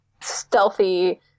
stealthy